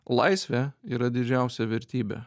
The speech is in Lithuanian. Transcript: laisvė yra didžiausia vertybė